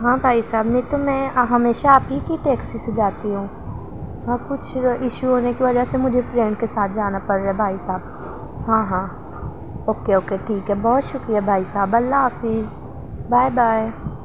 ہاں بھائی صاحب نہیں تو میں ہمیشہ آپ ہی کی ٹیکسی سے جاتی ہوں ہاں کچھ ایشو ہونے کی وجہ سے مجھے فرینڈ کے ساتھ جانا پڑ رہا ہے بھائی صاحب ہاں ہاں اوکے اوکے ٹھیک ہے بہت شکریہ بھائی صاحب اللہ حافظ بائے بائے